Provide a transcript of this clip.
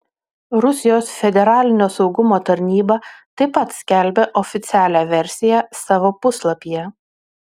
rusijos federalinio saugumo tarnyba taip pat skelbia oficialią versiją savo puslapyje